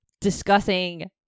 discussing